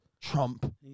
Trump